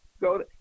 go